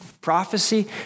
Prophecy